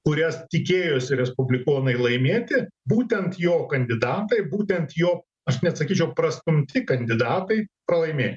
kurias tikėjosi respublikonai laimėti būtent jo kandidatai būtent jo aš net sakyčiau prastumti kandidatai pralaimėjo